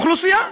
אוכלוסייה.